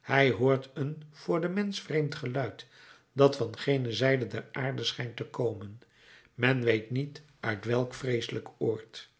hij hoort een voor den mensch vreemd geluid dat van gene zijde der aarde schijnt te komen men weet niet uit welk vreeselijk oord